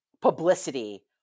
publicity